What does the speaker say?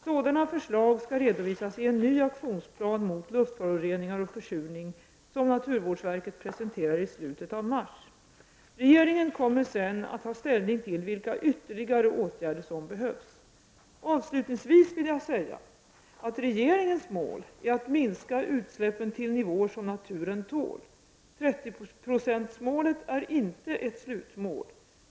Sådana förslag skall redovisas i en ny aktionsplan mot luftföroreningar och försurning, som naturvårdsverket presenterar i slutet av mars. Regeringen kommer sedan att ta ställning till vilka ytterligare åtgärder som behövs. Avslutningsvis vill jag säga att regeringens mål är att minska utsläppen till nivåer som naturen tål. 30-procentsmålet är inte ett slutmål.